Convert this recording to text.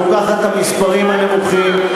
לוקחת את המספרים הנמוכים.